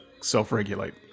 self-regulate